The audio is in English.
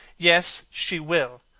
yes, she will.